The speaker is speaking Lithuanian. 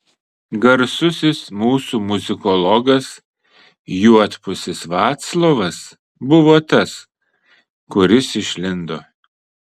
garsusis mūsų muzikologas juodpusis vaclovas buvo tas kuris išlindo